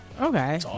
Okay